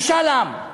נגד ההסכם הקואליציוני,